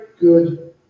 good